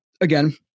Again